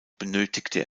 benötigte